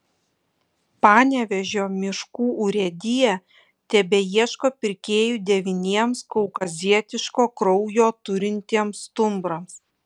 panevėžio miškų urėdija tebeieško pirkėjų devyniems kaukazietiško kraujo turintiems stumbrams